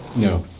no.